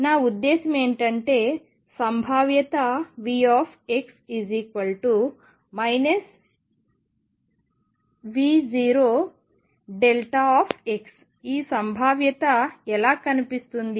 నా ఉద్దేశ్యం ఏమిటంటే సంభావ్యత Vx V0δ ఈ సంభావ్యత ఎలా కనిపిస్తుంది